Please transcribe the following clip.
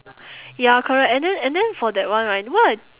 ya correct and then and then for that one right one